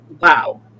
wow